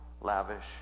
lavish